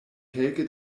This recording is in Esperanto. kelke